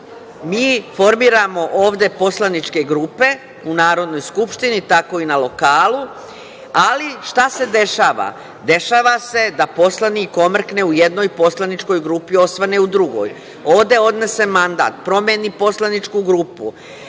mi formiramo ovde poslaničke grupe u Narodnoj skupštini, tako i na lokalu, ali šta se dešava? Dešava se da poslanik omrkne u jednoj poslaničkoj grupi, osvane u drugoj, ode odnese mandat, promeni poslaničku grupu,